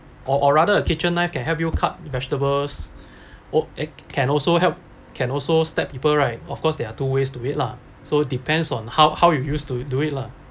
or or rather a kitchen knife can help you cut vegetables or it can also help can also stab people right of course there are two ways to wait lah so depends on how how you used to do it lah